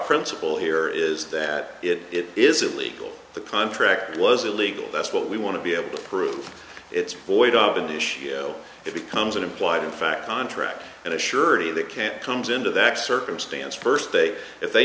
principle here is that it is it legal the contract was illegal that's what we want to be able to prove it's void of an issue it becomes an implied in fact contract and a surety that can't comes into that circumstance first day if they